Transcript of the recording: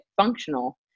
functional